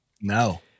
No